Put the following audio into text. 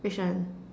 which one